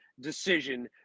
decision